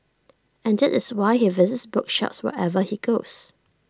and that is why he visits bookshops wherever he goes